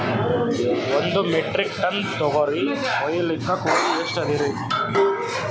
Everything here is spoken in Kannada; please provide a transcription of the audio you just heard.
ಒಂದ್ ಮೆಟ್ರಿಕ್ ಟನ್ ತೊಗರಿ ಹೋಯಿಲಿಕ್ಕ ಕೂಲಿ ಎಷ್ಟ ಅದರೀ?